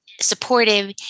supportive